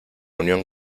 unión